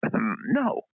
No